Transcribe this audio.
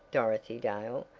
dorothy dale,